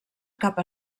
cap